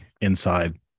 inside